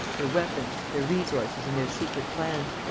their weapons, their resources and their secret plans.